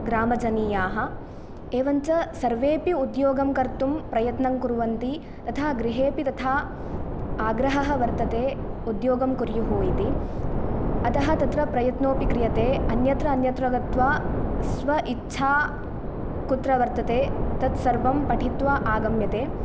ग्रमजनीयाः एवं च सर्वेपि उद्योगं कर्तुं प्रयत्नं कुर्वन्ति तथा गृहेपि तथा आग्रहः वर्तते उद्योगं कर्युः इति अतः तत्र प्रयत्नमपि क्रियते अन्यत्र अन्यत्र गत्वा स्व इच्छा कुत्र वर्तते तत् सर्वं पठित्वा आगम्यते